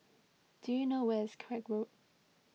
do you know where is Craig Road